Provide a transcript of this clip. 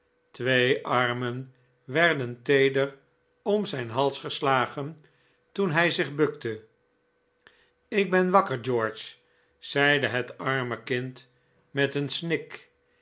twee armen werden teeder om zijn hals geslagen toen hij zich bukte ik ben wakker george zeide het arme kind met een snik